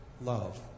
love